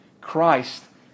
Christ